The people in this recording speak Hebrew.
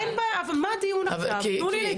אין בעיה, אבל מה הדיון עכשיו, תנו לי להתקדם.